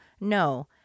No